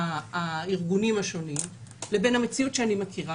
הארגונים השונים לבין המציאות שאני מכירה,